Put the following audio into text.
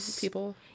people